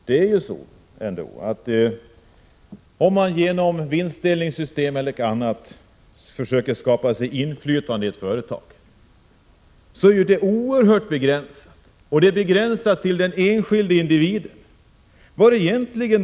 Herr talman! Om man genom vinstdelningssystem eller på annat sätt försöker skapa inflytande i ett företag, blir inflytandet oerhört begränsat. Det blir ju begränsat till den enskilde individen.